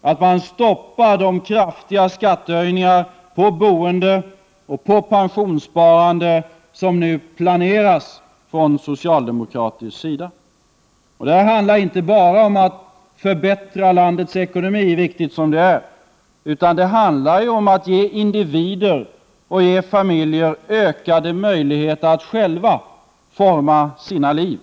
och stoppa de kraftiga skattehöjningar på boende och på pensionssparande som nu planeras från socialdemokratins sida. Att sänka skatterna handlar inte bara om att förbättra landets ekonomi — viktigt som det är — utan också om att ge individer och familjer ökade möjligheter att själva forma sina liv.